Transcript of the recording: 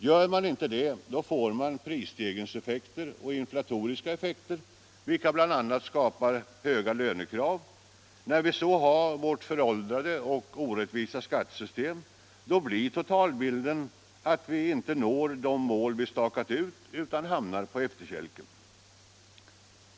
Gör man inte det, så får man prisstegringseffekter och inflatoriska effekter, vilka bl.a. skapar höga lönekrav. När vi så har vårt föråldrade och orättvisa skattesystem, så blir totalbilden att vi inte når de mål vi stakat ut utan hamnar på efterkälken.